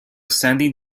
sandy